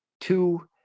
Two